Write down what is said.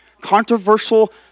controversial